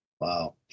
Wow